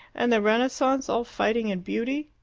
and the renaissance, all fighting and beauty!